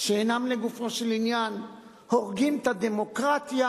שאינן לגופו של עניין, "הורגים את הדמוקרטיה".